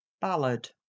ballad